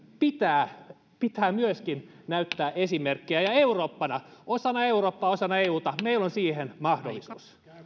pitää pitää myöskin näyttää esimerkkiä ja osana eurooppaa osana euta meillä on siihen mahdollisuus